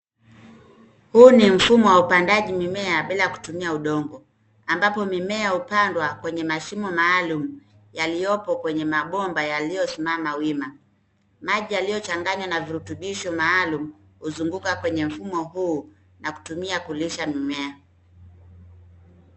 Huu ni mfumo wa upandaji wa mimea bila kutumia udongo, ambapo mimea hupandwa kwenye mashimo maalum yaliyopo kwenye mabomba yaliyosimama wima. Maji yaliyochanganywa na virutubisho maalum huzunguka kwenye mfumo huu na kutumia kulisha mimea.